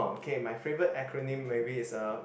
oh okay my favourite acronym maybe is uh